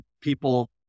people